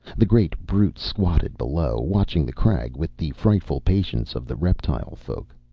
the great brute squatted below, watching the crag with the frightful patience of the reptile folk.